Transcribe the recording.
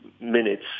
minutes